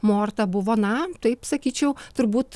morta buvo na taip sakyčiau turbūt